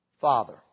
Father